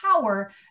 power